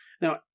Now